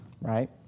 right